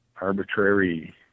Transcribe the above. arbitrary